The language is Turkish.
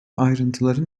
ayrıntıları